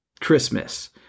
Christmas